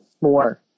more